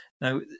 Now